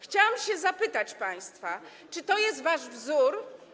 Chciałam zapytać państwa, czy to jest wasz wzór?